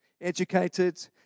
educated